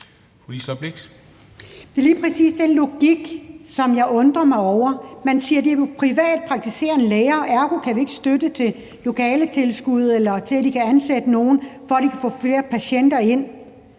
Det er lige præcis den logik, som jeg undrer mig over. Man siger, at det er privatpraktiserende læger; ergo kan vi ikke give tilskud til lokaler eller til, at de kan ansætte nogle, så de kan tage flere patienter ind.